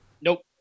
Nope